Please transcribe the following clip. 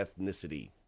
ethnicity